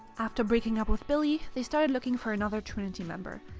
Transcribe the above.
after breaking up with billie, they started looking for another trinity member.